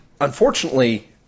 Unfortunately